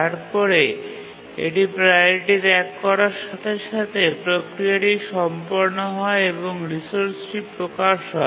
তারপরে এটি প্রাওরিটি ত্যাগ করার সাথে সাথে প্রক্রিয়াটি সম্পন্ন হয় এবং রিসোর্সটি প্রকাশ হয়